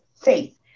faith